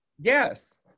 Yes